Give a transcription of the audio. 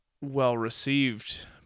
well-received